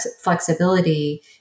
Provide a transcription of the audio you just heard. flexibility